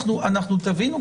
תבינו,